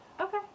Okay